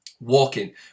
Walking